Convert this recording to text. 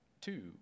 two